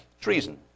Treason